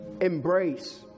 embrace